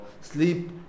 sleep